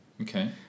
Okay